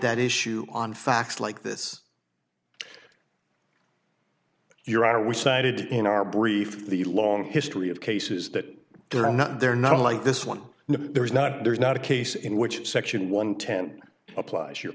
that issue on facts like this your honor we cited in our brief the long history of cases that are not there not like this one and there's not there's not a case in which section one ten applies you're